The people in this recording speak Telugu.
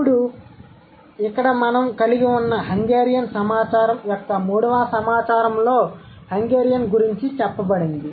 అప్పుడు ఇక్కడ మనము కలిగి ఉన్న హంగేరియన్ సమాచారం యొక్క మూడవ సమాచారం లో హంగేరియన్ గురించి చెప్పబడింది